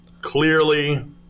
Clearly